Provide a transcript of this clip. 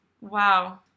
Wow